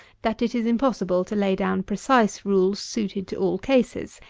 that it is impossible to lay down precise rules suited to all cases.